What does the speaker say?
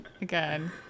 again